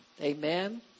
Amen